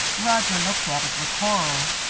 roger looked at it with horror.